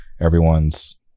Everyone's